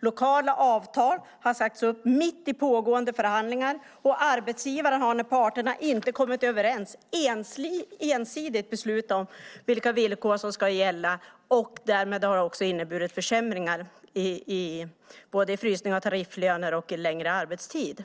Lokala avtal har sagts upp mitt under pågående förhandlingar, och arbetsgivaren har när parterna inte har kommit överens ensidigt beslutat om vilka villkor som ska gälla. Det har därmed inneburit försämringar i form av frysning av tarifflöner och längre arbetstid.